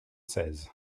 seize